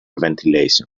ventilation